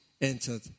entered